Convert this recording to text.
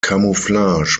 camouflage